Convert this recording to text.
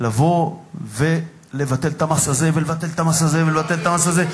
לבוא ולבטל את המס הזה ולבטל את המס הזה ולבטל את המס הזה.